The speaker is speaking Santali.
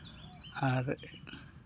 ᱟᱨ